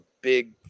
big